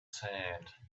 sand